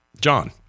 John